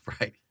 Right